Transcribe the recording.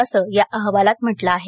असं या अहवालात म्हटलं आहे